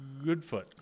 Goodfoot